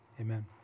Amen